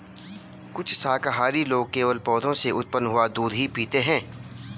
कुछ शाकाहारी लोग केवल पौधों से उत्पन्न हुआ दूध ही पीते हैं